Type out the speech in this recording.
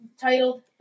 titled